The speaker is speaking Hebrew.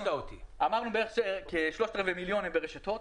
אמרנו כשלושת-רבעי מיליון הם ברשת הוט.